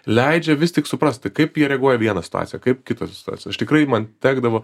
leidžia vis tik suprasti kaip jie reaguojaį vieną situaciją kaip kitą situaiją aš tikrai man tekdavo